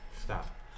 stop